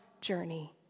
journey